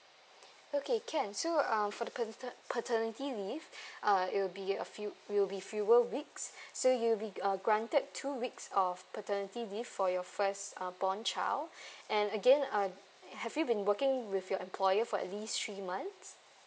okay can so um for the pater~ paternity leave uh it will be a few it will be fewer weeks so you'll be uh granted two weeks of paternity leave for your first uh born child and again uh have you been working with your employer for at least three months